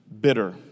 bitter